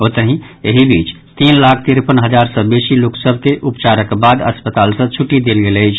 ओतहि एहि बीच तीन लाख तिरपन हजार सँ बेसी लोक सभ के उपचारक बाद अस्पताल सँ छुट्टी देल गेल अछि